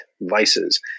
vices